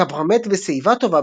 קפרה מת בשיבה טובה,